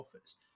office